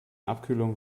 abkühlung